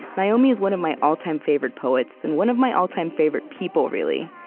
naomi is one of my all-time favorite poets and one of my all-time favorite people, really.